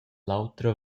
l’autra